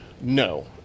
No